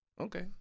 Okay